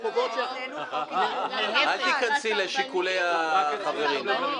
--- אל תיכנסי לשיקולי החברים.